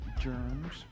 germs